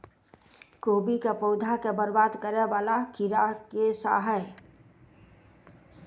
कोबी केँ पौधा केँ बरबाद करे वला कीड़ा केँ सा है?